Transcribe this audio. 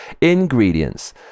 ingredients